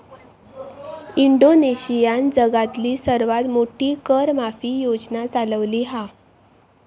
इंडोनेशियानं जगातली सर्वात मोठी कर माफी योजना चालवली हा